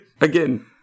Again